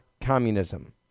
communism